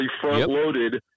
front-loaded